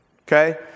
okay